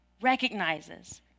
recognizes